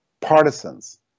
partisans